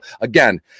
again